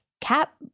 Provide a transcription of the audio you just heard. cap